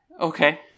Okay